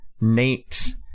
Nate